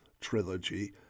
Trilogy